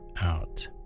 out